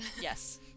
Yes